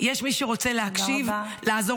יש מי שרוצה להקשיב -- תודה רבה.